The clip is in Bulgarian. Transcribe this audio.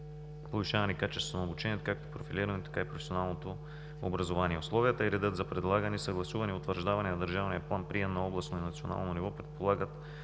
повишаване качеството на обучение – както профилираното, така и професионалното образование. Условията и редът за предлагане, съгласуване и утвърждаване на държавния план-прием на областно и национално ниво предполагат